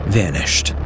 vanished